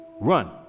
run